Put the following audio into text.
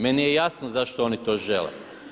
Meni je jasno zašto oni to žele.